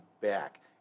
back